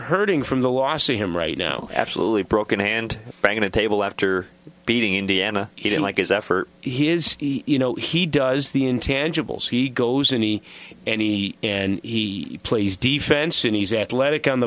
hurting from the loss of him right now absolutely broken hand back in a table after beating indiana he didn't like his effort he is you know he does the intangibles he goes any and he and he plays defense and he's athletic on the